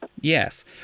Yes